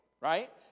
right